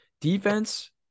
Defense